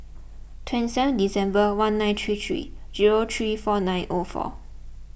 twenty seven December one nine three three zero three four nine O four